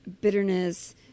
bitterness